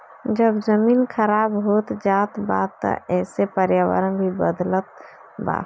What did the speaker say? जब जमीन खराब होत जात बा त एसे पर्यावरण भी बदलत बा